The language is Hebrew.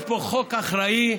יש פה חוק אחראי,